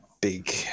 big